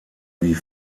wie